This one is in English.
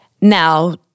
now